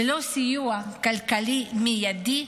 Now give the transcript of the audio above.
ללא סיוע כלכלי מיידי,